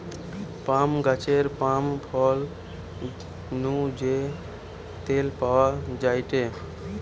পাম গাছের পাম ফল নু যে তেল পাওয়া যায়টে